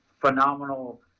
phenomenal